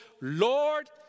Lord